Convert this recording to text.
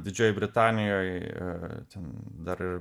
didžiojoj britanijoj i ten dar ir